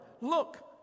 Look